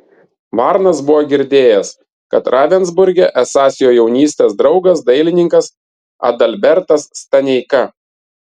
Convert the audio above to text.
varnas buvo girdėjęs kad ravensburge esąs jo jaunystės draugas dailininkas adalbertas staneika